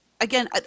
again